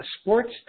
sports